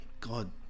God